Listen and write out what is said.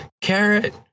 Carrot